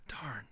Darn